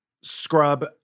scrub